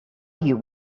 you